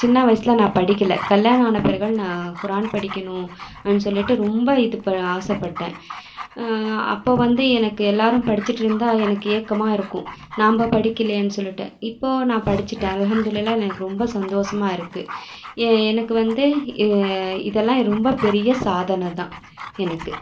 சின்ன வயசில் நான் படிக்கல கல்யாணம் ஆன பிறகு நான் குரான் படிக்கணும் ஆ சொல்லிட்டு ரொம்ப இது ப ஆசைப்பட்டேன் அப்போது வந்து எனக்கு எல்லாரும் படிச்சிட்டுருந்தால் எனக்கு ஏக்கமாக இருக்கும் நாம்ப படிக்கலையேன்னு சொல்லிட்டு இப்போ நான் படித்திட்டேன் அல்ஹம்துலில்லா எனக்கு ரொம்ப சந்தோசமாக இருக்குது எ எனக்கு வந்து இ இதெல்லாம் ரொம்ப பெரிய சாதனை தான் எனக்கு